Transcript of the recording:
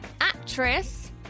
actress